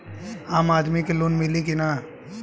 आम आदमी के लोन मिली कि ना?